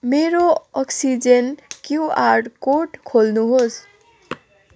मेरो Oxigen QR code खोल्नुहोस्